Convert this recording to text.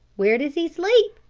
where does he sleep?